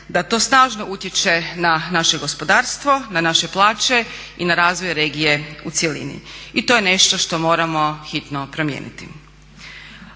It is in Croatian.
da to snažno utječe na naše gospodarstvo, na naše plaće i na razvoj regije u cjelini. I to je nešto što moramo hitno promijeniti.